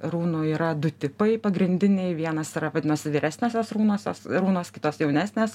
runų yra du tipai pagrindiniai vienas yra vadinosi vyresniosios runos jos runos kitos jaunesnės